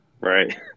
Right